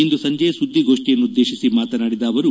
ಇಂದು ಸಂಜೆ ಸುದ್ದಿಗೋಷ್ಠಿಯನ್ನುದ್ದೇಶಿ ಮಾತನಾಡಿದ ಅವರು